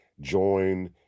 join